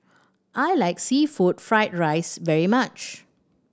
I like seafood fried rice very much